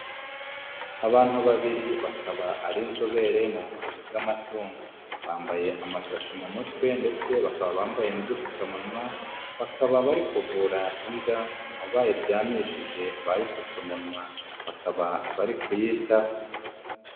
Abantu babiri bakaba ari inzobere mu buvuzi bw'amatungo, bambaye amasashi mu mutwe ndetse bakaba bambaye n'udupfukamunwa, bakaba bari kuvura imbwa aho bayiryamishije bayipfutse umunwa, bakaba bari kuyitaho.